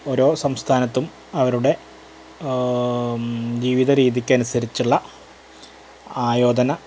ഓരോ സംസ്ഥാനത്തും അവരുടെ ജീവിതരീതിക്കനുസരിച്ചുള്ള ആയോധന